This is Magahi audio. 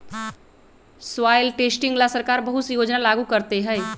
सॉइल टेस्टिंग ला सरकार बहुत से योजना लागू करते हई